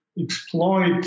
exploit